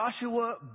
Joshua